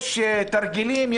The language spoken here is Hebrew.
יש תרגילים,